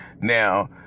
Now